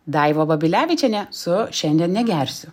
daiva babilevičienė su šiandien negersiu